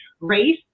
race